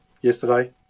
yesterday